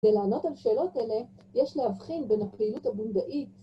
כדי לענות על שאלות אלה יש להבחין בין הפעילות הבונדאית